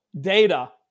data